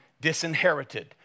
disinherited